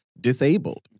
disabled